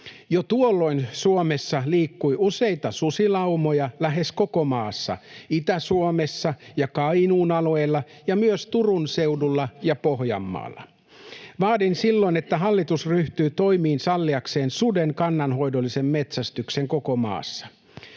Jo tuolloin Suomessa liikkui useita susilaumoja lähes koko maassa: Itä-Suomessa ja Kainuun alueella ja myös Turun seudulla ja Pohjanmaalla. Vaadin silloin, että hallitus ryhtyy toimiin salliakseen suden kannanhoidollisen metsästyksen koko maassa.